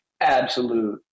absolute